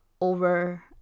over